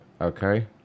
Okay